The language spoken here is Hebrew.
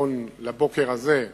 נכון לבוקר הזה,